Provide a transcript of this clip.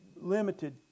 limited